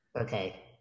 Okay